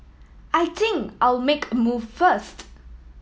I think I'll make a move first